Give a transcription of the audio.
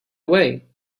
away